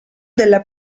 della